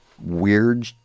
weird